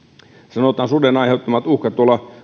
sanotaan suden aiheuttamat uhkat